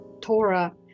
Torah